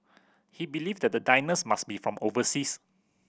he believed that the diners must be from overseas